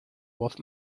voz